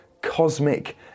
cosmic